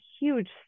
huge